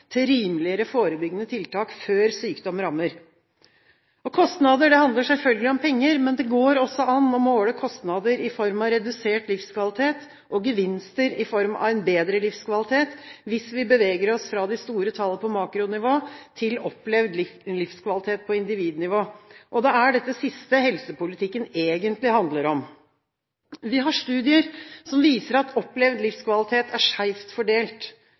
til rimeligere, forebyggende tiltak før sykdom rammer. Kostnader handler selvfølgelig om penger, men det går også an å måle kostnader i form av redusert livskvalitet og gevinster i form av en bedre livskvalitet hvis vi beveger oss fra de store tall på makronivå til opplevd livskvalitet på individnivå. Det er dette siste helsepolitikken egentlig handler om. Vi har studier som viser at opplevd livskvalitet er skjevt fordelt.